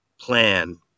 plan